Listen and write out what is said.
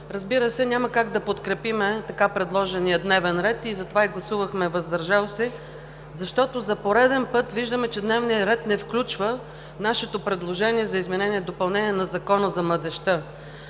представители! Няма как да подкрепим предложената Програма и гласувахме „въздържали се“, защото за пореден път виждаме, че дневният ред не включва нашето предложение за изменение и допълнение на Закона за младежта.